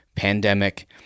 pandemic